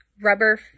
rubber